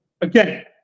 again